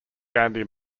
gandhi